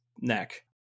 neck